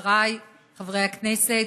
חבריי חברי הכנסת,